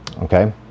Okay